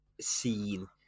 scene